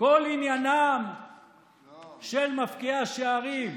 כל עניינם של מפקיעי השערים,